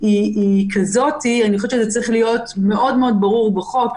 היא כבר כזאת, זה צריך להיות מאוד ברור בחוק.